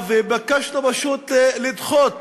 וביקשנו רשות לדחות